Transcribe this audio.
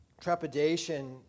trepidation